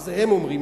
ואת זה הם אומרים,